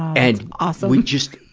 and ah so we just,